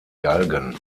galgen